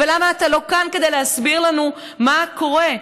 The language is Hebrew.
למה אתה לא כאן כדי להסביר לנו מה קורה?